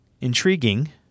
intriguing